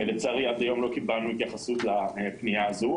לצערי, עד היום לא קיבלנו התייחסות לפנייה הזאת.